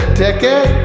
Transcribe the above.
ticket